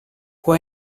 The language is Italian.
può